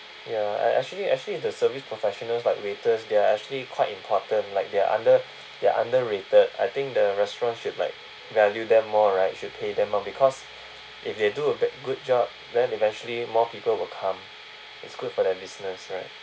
ya actually actually the service professionals like waiters they're actually quite important like they're under they're underrated I think the restaurants should like value them more right should pay them more because if they do a b~ good job then eventually more people will come it's good for their business right